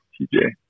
TJ